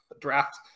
draft